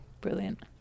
brilliant